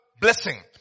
blessing